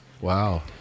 Wow